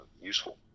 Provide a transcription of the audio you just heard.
useful